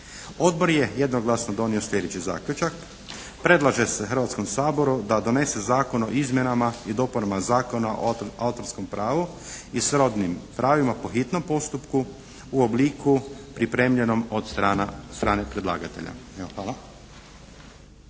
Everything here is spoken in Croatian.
Odbor je jednoglasno donio sljedeći zaključak. Predlaže se Hrvatskom saboru da donese Zakon o izmjenama i dopunama Zakona o autorskom pravu i srodnim pravima po hitnom postupku u obliku pripremljenom od strane predlagatelja. Evo,